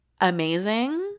amazing